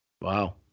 Wow